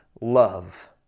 love